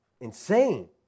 insane